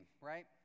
right